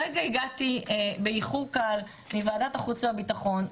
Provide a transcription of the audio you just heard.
הרגע הגעתי באיחור קל מוועדת החוץ והביטחון,